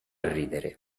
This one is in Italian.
ridere